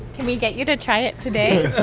can we get you to try it today?